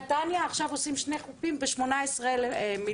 בנתניה עכשיו עושים שני חופים ב-18 מיליון,